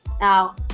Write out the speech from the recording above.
Now